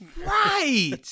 right